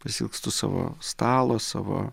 pasiilgstu savo stalo savo